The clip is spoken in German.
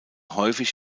häufig